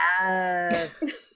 yes